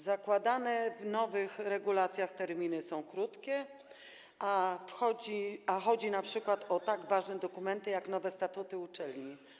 Zakładane w nowych regulacjach terminy są krótkie, a chodzi np. o tak ważne dokumenty jak nowe statuty uczelni.